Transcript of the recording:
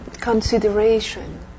consideration